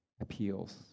appeals